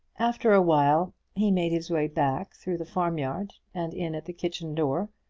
after awhile he made his way back through the farmyard, and in at the kitchen door,